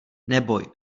neboj